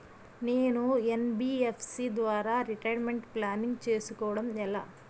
నేను యన్.బి.ఎఫ్.సి ద్వారా retirement planning చేసుకోవడం ఎలా?